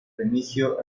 remigio